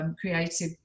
creative